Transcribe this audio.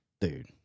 dude